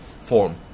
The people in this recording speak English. form